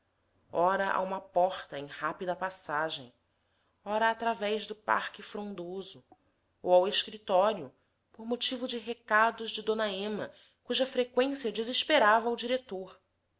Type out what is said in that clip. ora a uma porta em rápida passagem ora através do parque frondoso ou ao escritório por motivo de recados de d ema cuja freqüência desesperava o diretor